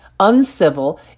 uncivil